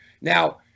Now